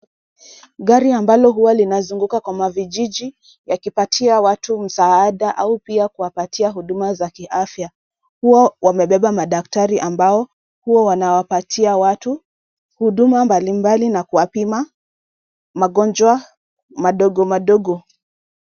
Gari ambalo hua linazunguka kwa mavijiji yakipatia watu msaada au pia kuwapatia huduma za kiafya hua wamebeba madaktari ambao hua anawapatia watu huduma mbalimbali na kuwapima magonjwa madogo madogo.